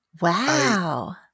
Wow